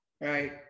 right